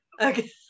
okay